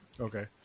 okay